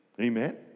Amen